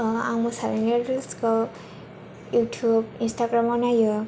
आं मोसानायनि रिल्सखौ युटुब इनस्ताग्रामाव नायो